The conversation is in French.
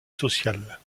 sociale